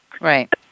Right